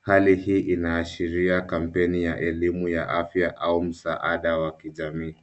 Hali hii inaashiria kampeni ya elimu ya afya au msaada wa kijamii.